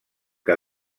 que